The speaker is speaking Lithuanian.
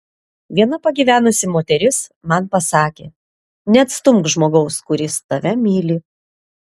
viena pagyvenusi moteris man pasakė neatstumk žmogaus kuris tave myli